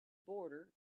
boarder